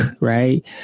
Right